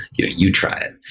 you try it,